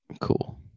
Cool